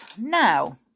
now